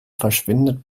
verschwindet